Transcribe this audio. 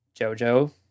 Jojo